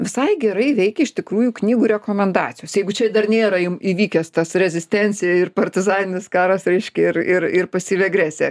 visai gerai veikia iš tikrųjų knygų rekomendacijos jeigu čia dar nėra jau įvykęs tas rezistencija partizaninis karas reiškia ir ir ir pasyvi agresija